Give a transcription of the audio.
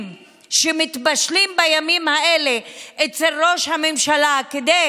שמתבשלים בימים האלה אצל ראש הממשלה כדי